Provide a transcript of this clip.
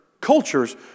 cultures